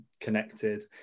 connected